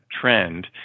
trend